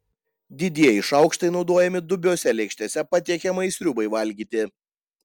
didieji šaukštai naudojami dubiose lėkštėse patiekiamai sriubai valgyti